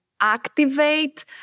activate